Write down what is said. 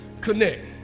connect